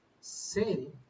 Say